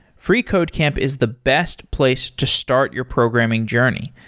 freecodecamp is the best place to start your programming journey.